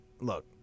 Look